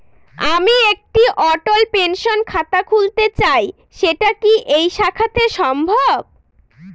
আমি একটি অটল পেনশন খাতা খুলতে চাই সেটা কি এই শাখাতে সম্ভব?